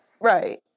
right